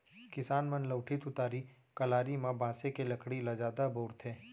किसान मन लउठी, तुतारी, कलारी म बांसे के लकड़ी ल जादा बउरथे